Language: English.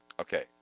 Okay